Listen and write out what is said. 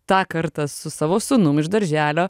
tą kartą su savo sūnum iš darželio